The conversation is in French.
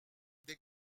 des